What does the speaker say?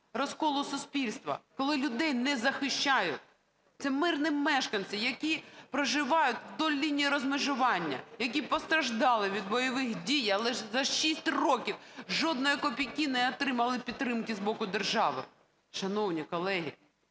розколу суспільства, коли людей не захищають. Це мирні мешканці, які проживають вдоль лінії розмежування, які постраждали від бойових дій, але ж за шість років жодної копійки не отримали підтримки з боку держави. Шановні колеги,